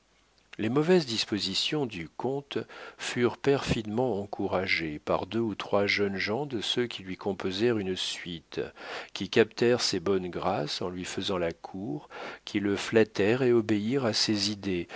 les mauvaises dispositions du comte furent perfidement encouragées par deux ou trois jeunes gens de ceux qui lui composèrent une suite qui captèrent ses bonnes grâces en lui faisant la cour qui le flattèrent et obéirent à ses idées